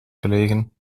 gelegen